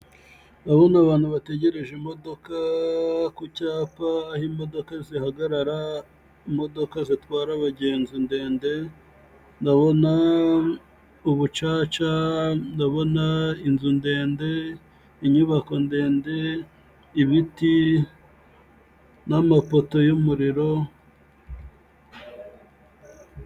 Ndabona abantu bategereje imodoka, ku cyapa, aho imodoka zihagarara, imodoka zitwara abagenzi ndende, ndabona ubucaca, ndabona inzu ndende, inyubako ndende, ibiti, n'amapoto y'umuriro...